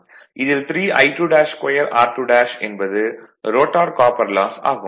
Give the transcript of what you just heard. இதில் 3I22 r2 என்பது rotor copper loss ஆகும்